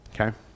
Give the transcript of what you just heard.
okay